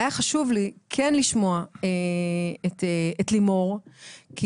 היה חשוב לי כן לשמוע את לימור כי